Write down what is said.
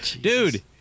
dude